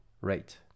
rate